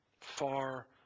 Far